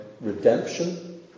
Redemption